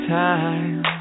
time